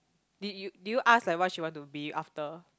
did you did you ask like what she want to be after